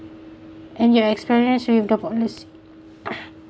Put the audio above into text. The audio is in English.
and your experience with the polic~